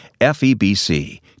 FEBC